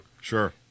Sure